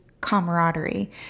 camaraderie